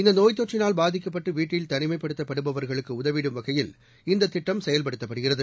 இந்தநோய் தொற்றினால் பாதிக்கப்பட்டுவீட்டில் தனிமைபடுத்தப் படுபவர்களுக்குஉதவிடும் வகையில் இந்ததிட்டடம் செயல்படுத்தப்படுகிறது